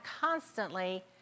constantly